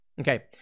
Okay